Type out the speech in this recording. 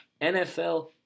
NFL